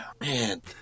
man